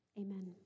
amen